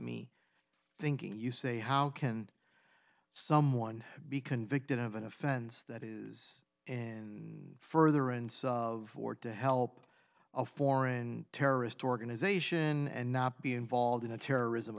me thinking you say how can someone be convicted of an offense that is and further and so forth to help a foreign terrorist organization and not be involved in a terrorism